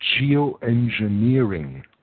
geoengineering